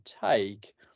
take